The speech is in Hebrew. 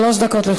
שלוש דקות לרשותך.